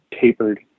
tapered